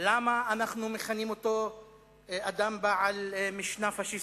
למה אנחנו מכנים אותו אדם בעל משנה פאשיסטית.